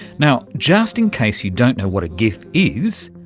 now, just in case you don't know what a gif is,